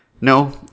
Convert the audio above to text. no